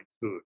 food